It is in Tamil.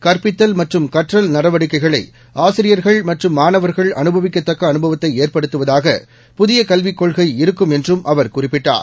கற்பித்தல் மற்றும் கற்றல் நடவடிக்கைகளை ஆசிரியர்கள் மற்றும் மாணவர்களுக்கு அனுபவிக்கத்தக்க அனுபவத்தை ஏற்படுத்துவதாக புதிய கல்விக் கொள்கை இருக்கும் என்றும் அவர் குறிப்பிட்டார்